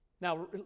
Now